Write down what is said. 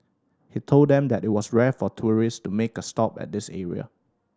he told them that it was rare for tourist to make a stop at this area